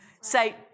say